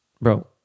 bro